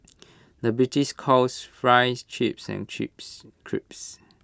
the British calls Fries Chips and Chips Crisps